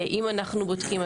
לגבי אם אנחנו בודקים.